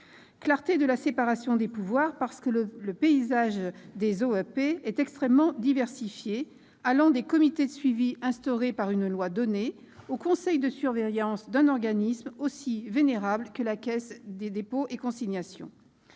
clarté dans la séparation des pouvoirs, parce que le paysage des OEP est extrêmement diversifié, allant des comités de suivi instaurés par une loi idoine au conseil de surveillance d'un organisme aussi vénérable que la Caisse des dépôts et consignations.